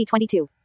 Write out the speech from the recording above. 2022